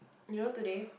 you know today